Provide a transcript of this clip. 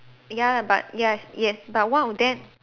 ya but yes yes but one of them